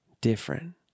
different